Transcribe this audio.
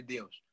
Deus